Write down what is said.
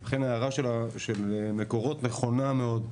אני חושב שההערה של מקורות נכונה מאוד.